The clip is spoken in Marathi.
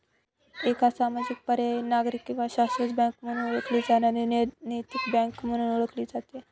एक सामाजिक पर्यायी नागरिक किंवा शाश्वत बँक म्हणून ओळखली जाणारी नैतिक बँक म्हणून ओळखले जाते